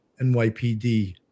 NYPD